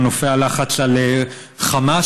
מנופי הלחץ על חמאס.